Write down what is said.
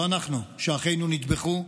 לא אנחנו, שאחינו נטבחו,